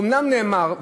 אומנם נאמר,